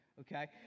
Okay